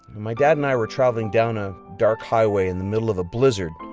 my dad and i were traveling down a dark highway in the middle of a blizzard.